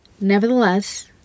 Nevertheless